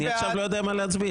אני עכשיו לא יודע מה להצביע.